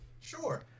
Sure